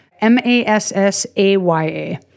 M-A-S-S-A-Y-A